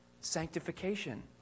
Sanctification